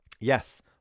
yes